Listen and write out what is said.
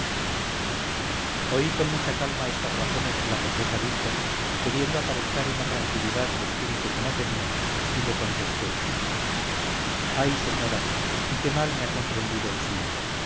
oí con mucha calma estas razones que la condesa dijo queriendo aparentar una tranquilidad de espíritu que no tenía y le contesté ay señora y qué mal me ha comprendido usía